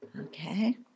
Okay